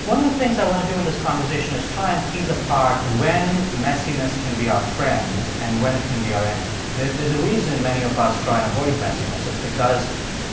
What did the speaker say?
one of the things i want to do in this conversation is try and tease apart when messiness can be our friend and when it can be our enemy. and there's a reason many of us try and avoid messiness. it's because